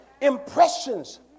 impressions